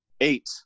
Eight